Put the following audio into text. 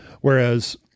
Whereas